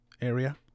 area